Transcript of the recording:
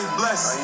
bless